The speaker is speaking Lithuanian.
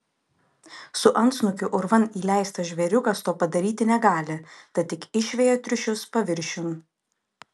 su antsnukiu urvan įleistas žvėriukas to padaryti negali tad tik išveja triušius paviršiun